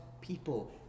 people